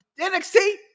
NXT